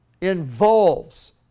involves